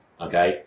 Okay